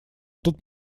тут